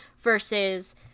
versus